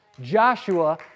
Joshua